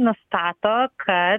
nustato kad